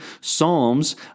psalms